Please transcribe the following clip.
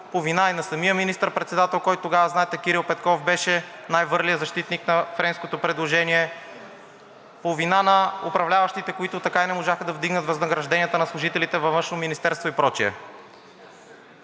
по вина и на самия министър-председател, който тогава, знаете, Кирил Петков беше най-върлият защитник на френското предложение, по вина на управляващите, които така и не можаха да вдигнат възнагражденията на служителите във Външно министерство,